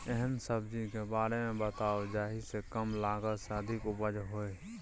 एहन सब्जी के बारे मे बताऊ जाहि सॅ कम लागत मे अधिक उपज होय?